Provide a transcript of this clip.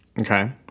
okay